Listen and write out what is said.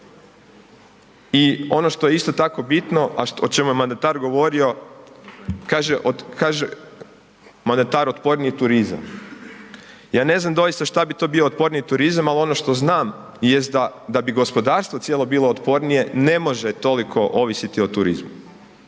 I ono što je isto tako bitno a o čemu je mandatar govorio, kaže mandatar, otporniji turizam. Ja ne znam doista šta bi to bio otporniji turizam ali ono što znam jest da bi gospodarstvo cijelo bilo otpornije, ne može toliko ovisiti o turizmu.